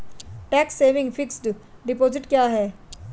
Tax saving fixed deposit क्या है?